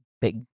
big